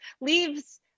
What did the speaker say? leaves